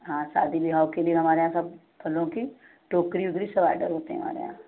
हाँ शादी ब्याह के लिए हमारे यहाँ सब फलों की टोकरी वोकरी सब आडर होते हैं हमारे यहाँ